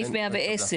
0 ההסתייגות לא התקבלה.